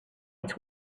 its